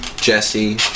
Jesse